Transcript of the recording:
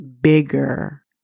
bigger